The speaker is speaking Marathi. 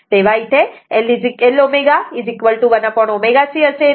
तेव्हा इथे L ω1ω C असे येते